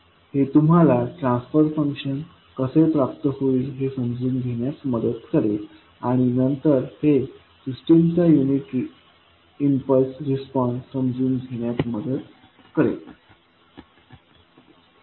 हे तुम्हाला transfer function कसे प्राप्त होईल हे समजून घेण्यात मदत करेल आणि नंतर हे सिस्टमचा युनिट इम्पल्स रिस्पॉन्स समजून घेण्यात मदत करेल